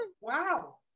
wow